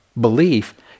belief